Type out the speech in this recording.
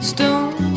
Stone